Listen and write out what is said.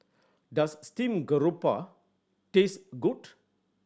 does steamed grouper taste good